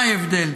מה ההבדל?